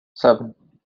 seven